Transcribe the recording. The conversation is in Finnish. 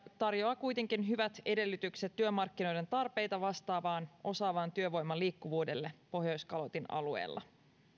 tarjoaa kuitenkin hyvät edellytykset työmarkkinoiden tarpeita vastaavan osaavan työvoiman liikkuvuudelle pohjoiskalotin alueella